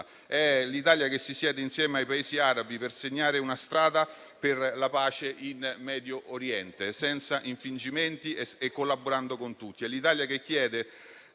È l'Italia che si siede insieme ai Paesi arabi per segnare una strada per la pace in Medio Oriente, senza infingimenti e collaborando con tutti. È l'Italia che chiede